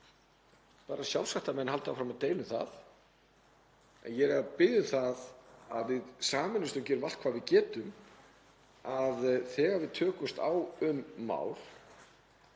bara sjálfsagt að menn haldi áfram að deila um það. En ég er að biðja um það að við sameinumst og gerum allt hvað við getum til þess að þegar við tökumst á um mál